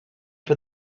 for